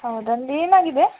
ಹೌದಾ ಅಂದ್ರೆ ಏನಾಗಿದೆ